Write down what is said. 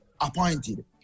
appointed